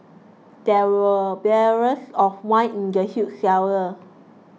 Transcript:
there were barrels of wine in the huge cellar